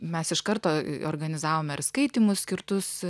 mes iš karto organizavome ir skaitymus skirtus